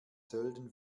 sölden